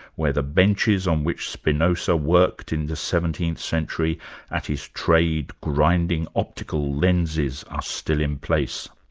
where the benches on which spinoza worked in the seventeenth century at his trade grinding optical lenses are still in place.